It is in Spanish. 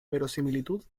verosimilitud